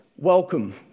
Welcome